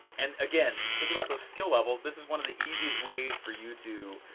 and again, think about those skill levels this is one of the easiest ways for you to.